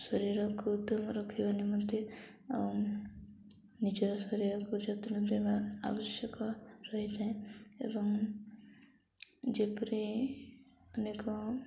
ଶରୀରକୁ ଉତ୍ତମ ରଖିବା ନିମନ୍ତେ ଆ ନିଜର ଶରୀରକୁ ଯତ୍ନ ଦେବା ଆବଶ୍ୟକ ରହିଥାଏ ଏବଂ ଯେପରି ଅନେକ